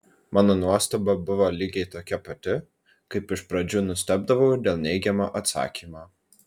mano nuostaba buvo lygiai tokia pati kaip iš pradžių nustebdavau dėl neigiamo atsakymo